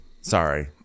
Sorry